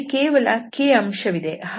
ಇಲ್ಲಿ ಕೇವಲ k ಅಂಶವಿದೆ